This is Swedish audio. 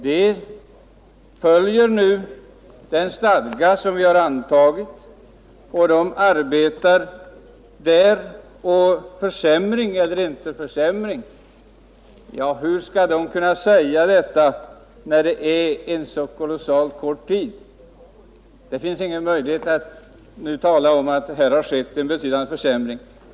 De följer nu i sitt arbete den stadga som vi har antagit, men hur skall de efter så kort tid kunna säga om det har blivit någon försämring eller inte? Det finns inga möjligheter att de kan säga att det har skett en betydande försämring.